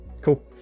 Cool